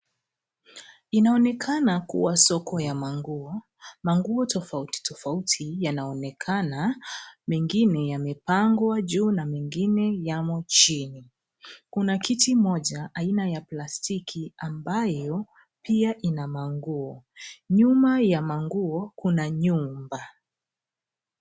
Inaonekana kua soko ya manguo. Manguo tofauti tofauti yanaonekana. Mengine yamepangwa juu na mengine yamo chini. Kuna kiti moja aina ya plastiki, ambayo pia ina manguo. Nyuma ya manguo, kuna nyuma.